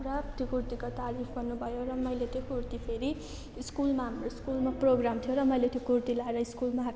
पुरा त्यो कुर्तीको तारिफ गर्नुभयो र मैले त्यो कुर्ती फेरि स्कुलमा हाम्रो स्कुलमा प्रोग्राम थियो र मैले त्यो कुर्ती लगाएर स्कुलमा आएको थिएँ र